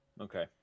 Okay